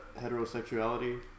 heterosexuality